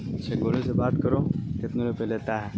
اچھا گولو سے بات کرو کتنے روپئے لیتا ہے